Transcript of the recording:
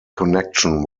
connection